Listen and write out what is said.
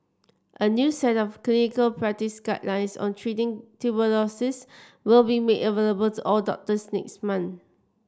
a new set of clinical practice guidelines on treating tuberculosis will be made available to all doctors next month